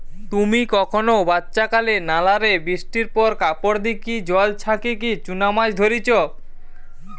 তুমি কখনো বাচ্চাকালে নালা রে বৃষ্টির পর কাপড় দিকি জল ছাচিকি চুনা মাছ ধরিচ?